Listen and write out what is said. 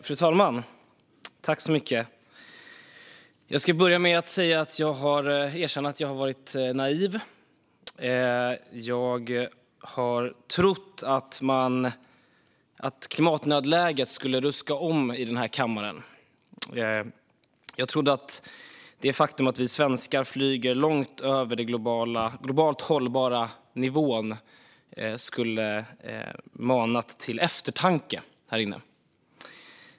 Fru talman! Jag ska börja med att erkänna att jag har varit naiv. Jag trodde att klimatnödläget skulle ruska om den här kammaren. Jag trodde att det faktum att vi svenskar flyger långt över den globalt hållbara nivån skulle ha manat till eftertanke här inne.